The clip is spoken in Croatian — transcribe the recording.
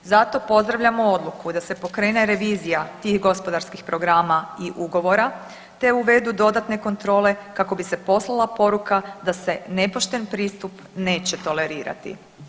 Zato pozdravljamo odluku da se pokrene revizija tih gospodarskih programa i ugovora te uvedu dodatne kontrole kako bi se poslala poruka da se nepošten pristup neće tolerirati.